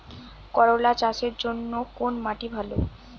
করলা চাষের জন্য কোন মাটি ভালো?